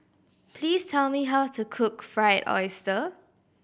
please tell me how to cook Fried Oyster